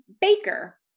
Baker